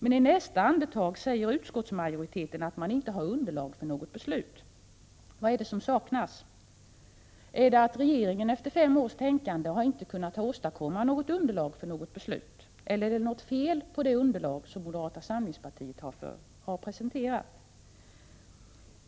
Men i nästa andetag säger utskottsmajoriteten att man inte har underlag för något beslut. Vad är Prot. 1986/87:131 detsom saknas? Är det att regeringen efter fem års tänkande inte har kunnat åstadkomma något underlag för något beslut? Eller är det något fel på det underlag som moderata samlingspartiet har presenterat?